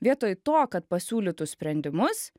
vietoj to kad pasiūlytų sprendimus